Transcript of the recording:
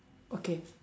okay